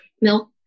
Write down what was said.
milk